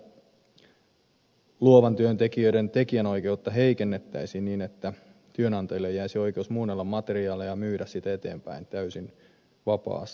ehdotuksessa luovan työn tekijöiden tekijänoikeutta heikennettäisiin niin että työnantajille jäisi oikeus muunnella materiaalia ja myydä sitä eteenpäin täysin vapaasti